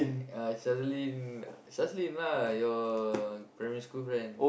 uh Shazlin Shazlin lah your primary school friend